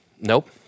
Nope